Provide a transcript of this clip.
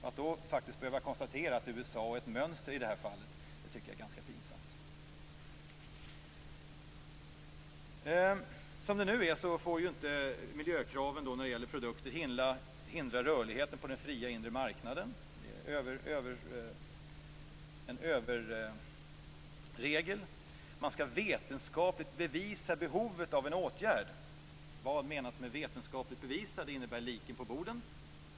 Att då behöva konstatera att USA är ett mönster i sammanhanget är pinsamt. Nu får miljökrav på produkter inte hindra den fria rörligheten på den inre marknaden. Det är en överregel. Man skall vetenskapligt bevisa behovet av en åtgärd. Vad menas med vetenskapligt bevisa? Det innebär liken på borden.